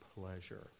pleasure